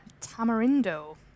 tamarindo